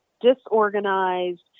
disorganized